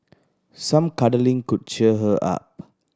some cuddling could cheer her up